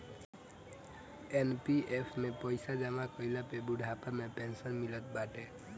NPF में पईसा जमा कईला पे बुढ़ापा में पेंशन मिलत बाटे